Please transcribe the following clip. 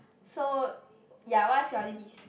so ya what's your list